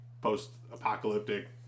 post-apocalyptic